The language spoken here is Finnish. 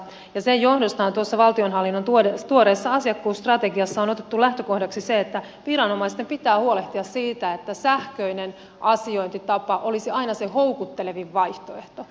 sen johdosta on tuossa valtionhallinnon tuoreessa asiakkuusstrategiassa otettu lähtökohdaksi se että viranomaisten pitää huolehtia siitä että sähköinen asiointitapa olisi aina se houkuttelevin vaihtoehto